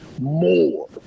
more